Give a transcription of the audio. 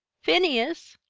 phineas!